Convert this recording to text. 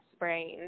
brain